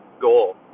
goal